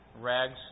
rags